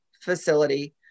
facility